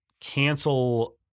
cancel